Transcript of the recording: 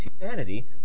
humanity